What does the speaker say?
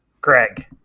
Greg